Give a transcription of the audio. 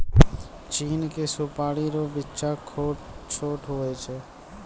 चीड़ के सुपाड़ी रो बिच्चा छोट हुवै छै